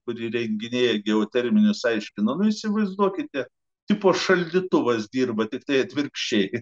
kuri įrenginėja geoterminius aiškinome įsivaizduokite tipo šaldytuvas dirba tiktai atvirkščiai